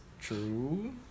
true